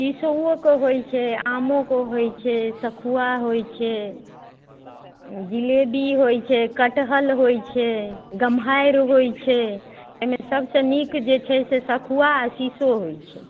शीशोओके होइ छै आमो कऽ होइत छै सखुआ होइ छै जिलेबी होइत छै कटहल होइत छै गम्हारि होइत छै एहिमे सबसे नीक जे छै से सखुआ आ शीशो होइत छै